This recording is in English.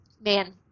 man